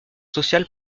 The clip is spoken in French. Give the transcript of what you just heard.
social